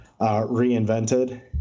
reinvented